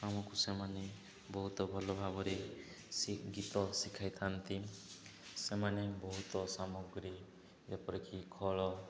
ଆମକୁ ସେମାନେ ବହୁତ ଭଲ ଭାବରେ ଶି ଗୀତ ଶିଖାଇଥାନ୍ତି ସେମାନେ ବହୁତ ସାମଗ୍ରୀ ଯେପରିକି ଖଳ